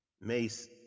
Mace